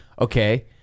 okay